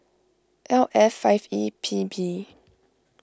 L F five E P B